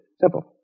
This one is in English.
Simple